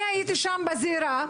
אני הייתי שם בזירה,